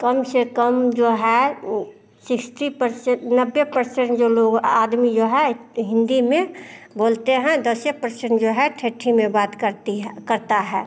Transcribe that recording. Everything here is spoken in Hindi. कम से कम जो है सिक्सटी नब्बे परसेंट जो लोग आदमी जो है हिन्दी में बोलते हैं दस परसेंट जो है ठठी में बात करती है करता है